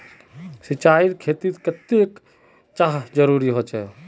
सिंचाईर खेतिर केते चाँह जरुरी होचे?